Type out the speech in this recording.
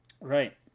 Right